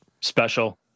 special